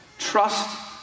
Trust